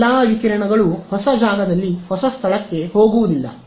ಎಲ್ಲಾ ವಿಕಿರಣಗಳು ಹೊಸ ಜಾಗದಲ್ಲಿ ಹೊಸ ಸ್ಥಳಕ್ಕೆ ಹೋಗುವುದಿಲ್ಲ